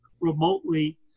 remotely